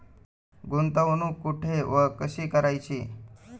गुंतवणूक कुठे व कशी करायची?